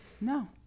No